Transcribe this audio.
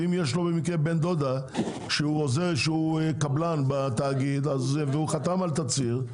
אם יש לו במקרה בן דודה שהוא קבלן בתאגיד והוא חתם על תצהיר,